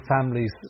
families